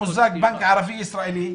בנק ערבי-ישראלי,